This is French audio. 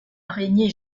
araignée